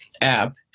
app